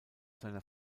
seiner